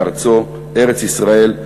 בארצו ארץ-ישראל.